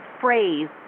phrase